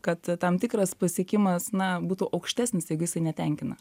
kad tam tikras pasiekimas na būtų aukštesnis jeigu jisai netenkina